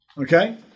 okay